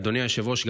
אדוני היושב-ראש,